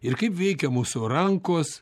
ir kaip veikia mūsų rankos